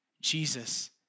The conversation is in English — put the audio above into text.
Jesus